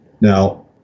Now